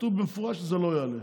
כתוב במפורש שזה לא יעלה.